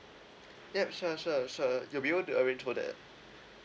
yup sure sure sure you'll be able to arrange for that